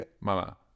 Mama